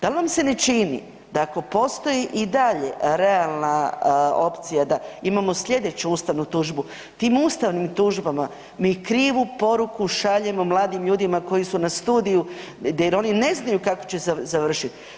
Dal vam se ne čini da ako postoji i dalje realna opcija da imamo slijedeću ustavnu tužbu, tim ustavnim tužbama mi krivu poruku šaljemo mladim ljudima koji su na studiju jer oni ne znaju kako će završiti?